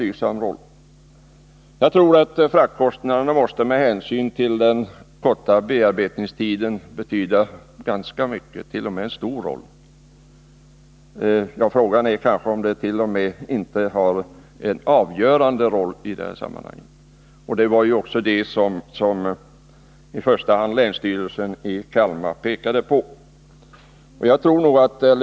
Jag tror att fraktkostnaderna med hänsyn till den korta bearbetningstiden måste betyda ganska mycket —t.o.m. spela en stor roll. Ja, frågan är om de inte har en avgörande roll i sammanhanget, och det var ju också det som länsstyrelsen i Kalmar län i första hand pekade på.